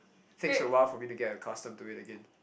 takes a while for me to get accustomed to it again